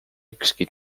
ükski